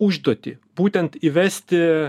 užduotį būtent įvesti